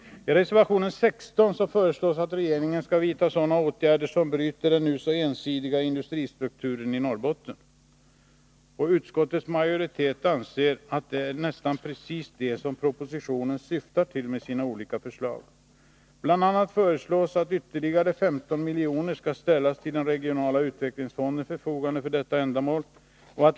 I reservation 16 föreslås att regeringen skall vidta sådana åtgärder som bryter den nu så ensidiga industristrukturen i Norrbotten. Utskottets majoritet anser att detta nästan precis är vad propositionen syftar till med sina olika förslag. Bl. a. föreslås att ytterligare 15 milj.kr. skall ställas till den regionala utvecklingsfondens förfogande för detta ändamål.